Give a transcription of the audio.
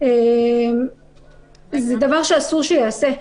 זה דבר שאסור שייעשה.